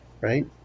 right